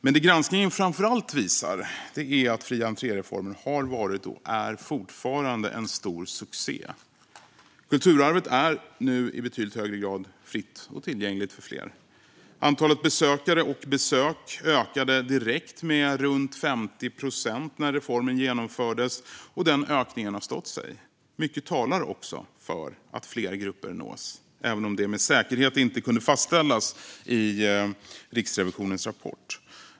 Men det granskningen framför allt visar är att fri entré-reformen har varit och fortfarande är en stor succé. Kulturarvet är nu i betydligt högre grad fritt och tillgängligt för fler. Antalet besökare och besök ökade direkt med runt 50 procent när reformen genomfördes, och den ökningen har stått sig. Mycket talar också för att fler grupper nås, även om det inte med säkerhet kunde fastställas i Riksrevisionens rapport.